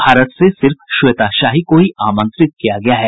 भारत से सिर्फ श्वेता शाही को ही आमंत्रित किया गया है